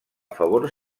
favor